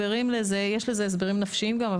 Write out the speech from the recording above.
יש לזה הסברים נפשיים גם,